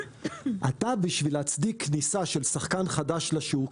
אתה בשביל להצדיק כניסה של שחקן חדש לשוק,